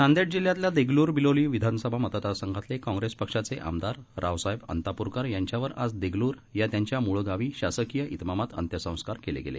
नांदेड जिल्ह्यातल्या देगलूर बिलोली विधानसभा मतदारसंघातले काँप्रेस पक्षाचे आमदार रावसाहेब अंतापूरकर यांच्यांवर आज देगलूर या त्यांच्या मूळगावी शासकीय विमामात अंत्यसंस्कार केले गेले